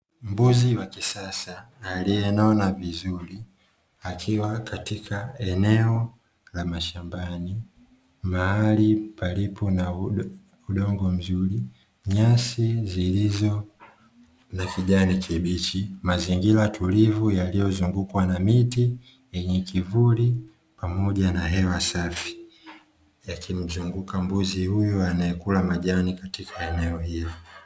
Mbuzi wa kisasa aliye nona vizuri akiwa katika eneo la mashambani mahali palipo na udongo mzuri nyasi zilizo na kijani kibichi mazingira tulivu yaliyozungukwa na miti yenye kivuli pamoja na hewa safi yakimuzunguka mbuzi huyo anayekula majani katika eneo hilo.